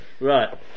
Right